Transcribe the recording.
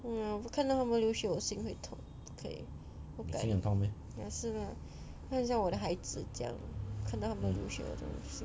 mm 我看到他们流血我心会痛不可以不敢 ya 真的它很像我的孩子这样看到他们流血我就会心痛